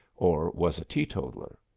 or was a teetotaler.